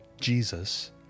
Jesus